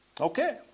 Okay